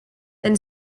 then